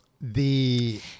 The-